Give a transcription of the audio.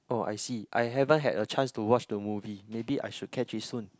oh I see I haven't had a chance to watch the movie maybe I should catch it soon